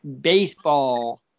baseball